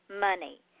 money